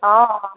हँ